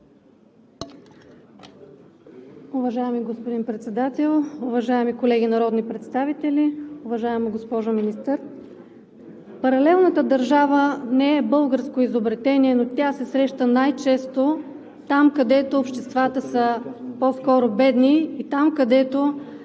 Уважаеми господин Председател, уважаеми колеги народни представители, уважаема госпожо Министър! Паралелната държава не е българско изобретение, но тя се среща най-често там, където обществата са по-скоро бедни, и там, където